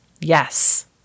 yes